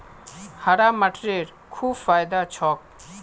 हरा मटरेर खूब फायदा छोक